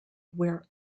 where